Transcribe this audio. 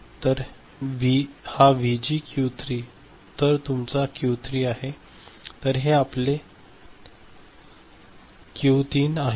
तर हा VG Q 3 तर हा तुमचा क्यू 3 आहे तर हे आपले 13 आहे